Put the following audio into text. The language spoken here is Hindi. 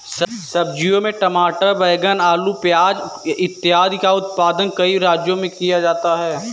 सब्जियों में टमाटर, बैंगन, आलू, प्याज इत्यादि का उत्पादन कई राज्यों में किया जाता है